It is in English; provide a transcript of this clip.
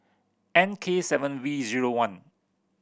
N K seven V zero one